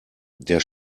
der